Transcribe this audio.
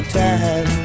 time